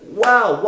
wow